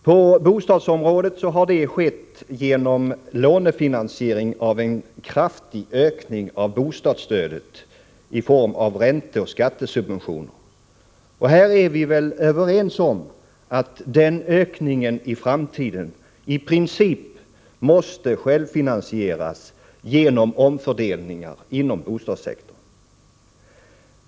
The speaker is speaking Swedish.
På bostadsområdet har detta skett genom lånefinansiering av en kraftig ökning av bostadsstödet i form av ränteoch skattesubventioner. Och här är vi väl överens om att den ökningen i framtiden i princip måste självfinansieras genom omfördelningar inom bostadssektorn.